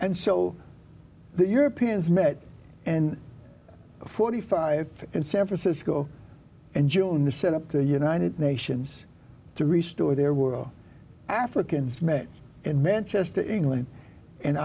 and so the europeans met and forty five in san francisco and june to set up the united nations to restore their world africans met in manchester england